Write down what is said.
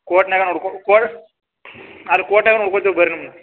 ಕೋರ್ಟ್ನ್ಯಾಗ ನೋಡ್ಕೊ ಕೊ ಅದು ಕೋರ್ಟ್ನ್ಯಾಗ ನೋಡ್ಕೊತೀವಿ ಬರ್ರಿ ನಮ್ಮ